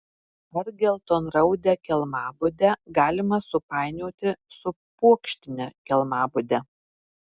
ar geltonraudę kelmabudę galima supainioti su puokštine kelmabude